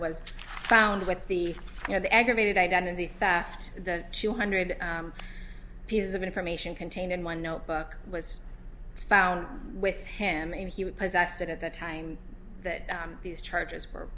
was found with the you know the aggravated identity theft the two hundred pieces of information contained in one notebook was found with him and he would possess it at the time that these charges